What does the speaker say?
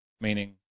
meaning